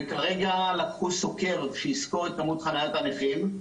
כרגע לקחו סוקר שיסקור את כמות חניות הנכים.